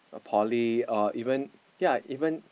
poly or even ya even